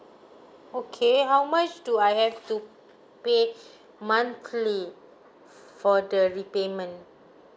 okay how much do I have to pay monthly for the repayment